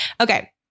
okay